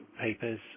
papers